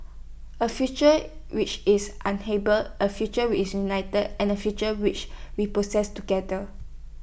A future which is A future which is united and A future which we process together